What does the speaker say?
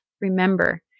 remember